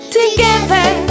Together